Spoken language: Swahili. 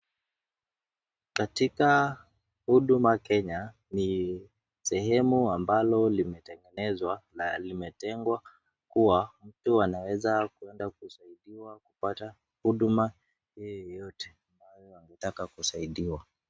Katika Huduma Kenya ni sehemu ambalo limetengenezwa na limetengwa kuwa mtu anaweza kuenda kusaidiwa kupata huduma yeyote kama anataka kusaidiwa.